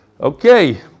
Okay